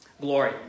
glory